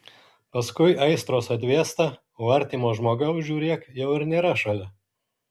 paskui aistros atvėsta o artimo žmogaus žiūrėk jau ir nėra šalia